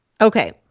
Okay